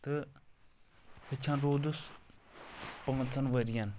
تہٕ ہیٚچھان روٗدُس پانٛژَن ؤرِیَن